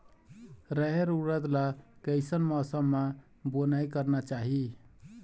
रहेर उरद ला कैसन मौसम मा बुनई करना चाही?